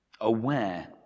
Aware